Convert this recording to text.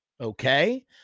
okay